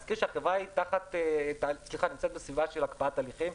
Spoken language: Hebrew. מזכיר שהחברה נמצאת בסביבה של הקפאת הליכים,